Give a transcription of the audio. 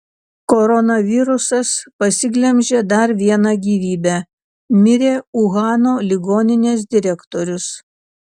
koronavirusas pasiglemžė dar vieną gyvybę mirė uhano ligoninės direktorius